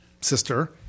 sister